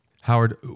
Howard